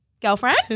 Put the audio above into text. girlfriend